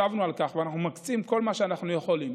ישבנו על כך, ואנחנו מקצים כל מה שאנחנו יכולים.